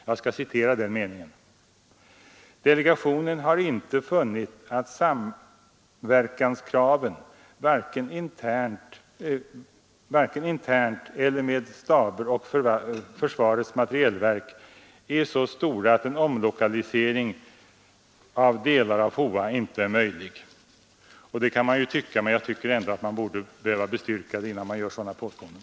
Jag skall citera denna mening: ”Delegationen har inte funnit att samverkanskraven varken internt eller med staber och försvarets materielverk är så stora att en omlokalisering av delar av FOA inte är möjlig.” Man kan ju tycka detta men det borde väl ändå bestyrkas på något sätt.